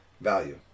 value